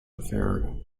affair